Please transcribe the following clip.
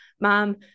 mom